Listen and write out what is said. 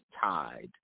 tide